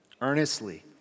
Earnestly